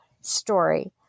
story